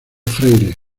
freire